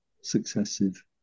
successive